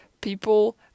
people